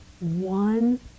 one